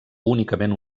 únicament